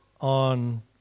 on